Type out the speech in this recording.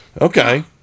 Okay